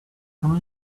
come